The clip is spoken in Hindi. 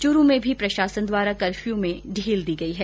चूरू में भी प्रशासन द्वारा कर्फ्यू में ढील दी गई है